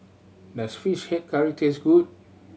does Fish Head Curry taste good